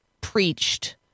preached